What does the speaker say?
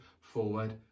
Forward